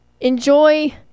Enjoy